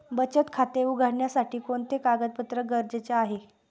बचत खाते उघडण्यासाठी कोणते कागदपत्रे गरजेचे आहे?